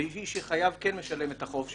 והיא שחייב כן משלם את החוב שלו,